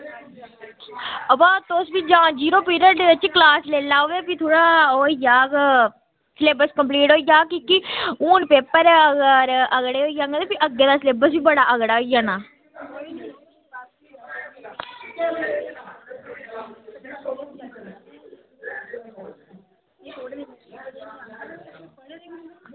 ते तुस जां जीरो पीरियड च क्लॉस लेई लैओ ते फ्ही थोह्ड़ा ओह् होई जाह्ग स्लेब्स कंप्लीट होई जाह्ग की के अगड़े होई जाङन ते भी अग्गें दा स्लेब्स बी अग्गें होई जाना